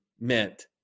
meant